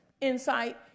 insight